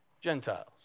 Gentiles